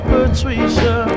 Patricia